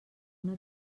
una